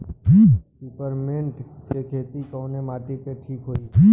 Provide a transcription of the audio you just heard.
Peppermint के खेती कवने माटी पे ठीक होई?